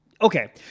Okay